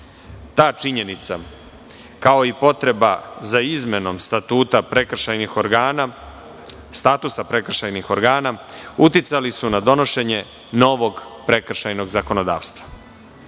Ta činjenica, kao i potreba za izmenom statusa prekršajnih organa uticali su na donošenje novog prekrštajnog zakonodavstva. Tako